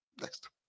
Next